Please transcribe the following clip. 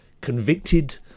convicted